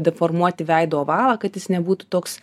deformuoti veido ova kad jis nebūtų toks